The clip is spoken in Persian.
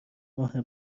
ماه